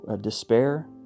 despair